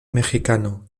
mexicano